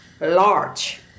large